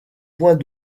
points